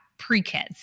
pre-kids